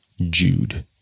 Jude